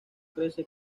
crece